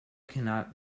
cannot